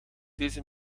deze